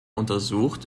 untersucht